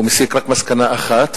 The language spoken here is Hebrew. הוא מסיק רק מסקנה אחת: